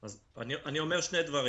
אני אומר שני דברים.